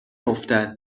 افتد